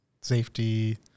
safety